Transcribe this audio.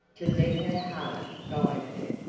to let her heart guide her,